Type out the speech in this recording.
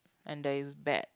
and there is bad